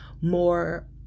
more